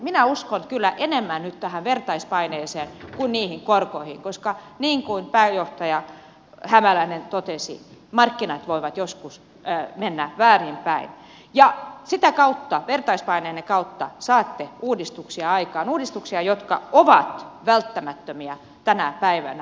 minä uskon kyllä enemmän nyt tähän vertaispaineeseen kuin niihin korkoihin koska niin kuin pääjohtaja hämäläinen totesi markkinat voivat joskus mennä väärin päin ja vertaispaineenne kautta saatte uudistuksia aikaan uudistuksia jotka ovat välttämättömiä tänä päivänä